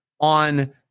on